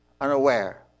unaware